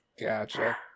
Gotcha